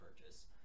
purchase